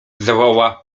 zawołała